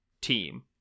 team